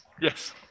yes